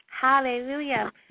hallelujah